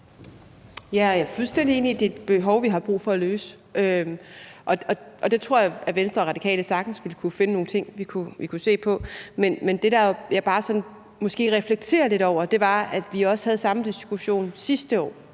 Jeg er fuldstændig enig i, at det er et behov, vi har brug for at løse. Og der tror jeg, at Venstre og Radikale sagtens kunne finde nogle ting, vi kunne se på. Men det, jeg måske bare reflekterer lidt over, er, at vi havde den samme diskussion sidste år